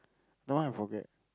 that one I forget